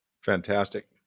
Fantastic